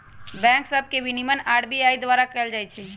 bank सभ के विनियमन आर.बी.आई द्वारा कएल जाइ छइ